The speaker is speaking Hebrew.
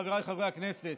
חבריי חברי הכנסת,